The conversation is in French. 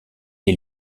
est